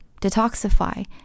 detoxify